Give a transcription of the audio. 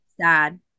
sad